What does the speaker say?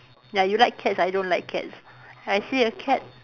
ya you like cats I don't like cats I see a cat